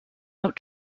out